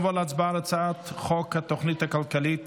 נעבור להצבעה על הצעת חוק התוכנית הכלכלית